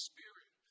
Spirit